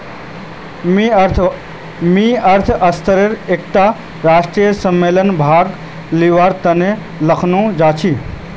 मुई अर्थशास्त्रेर एकटा राष्ट्रीय सम्मेलनत भाग लिबार तने लखनऊ जाछी